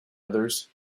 others